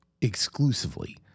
exclusively